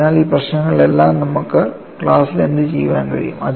അതിനാൽ ഈ പ്രശ്നങ്ങളിലെല്ലാം നമുക്ക് ക്ലാസ്സിൽ എന്തുചെയ്യാൻ കഴിയും